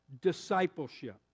discipleship